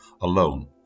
alone